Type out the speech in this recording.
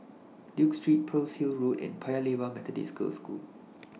Duke Street Pearl's Hill Road and Paya Lebar Methodist Girls' School